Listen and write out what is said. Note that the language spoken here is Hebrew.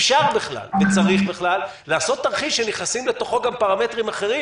אם אפשר בכלל וצריך בכלל לעשות תרחיש שנכנסים לתוכו גם פרמטרים אחרים